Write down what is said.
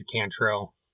Cantrell